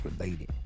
related